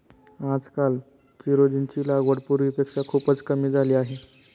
आजकाल चिरोंजीची लागवड पूर्वीपेक्षा खूपच कमी झाली आहे